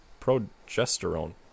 progesterone